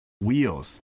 wheels